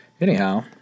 anyhow